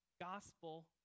gospel